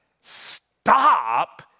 Stop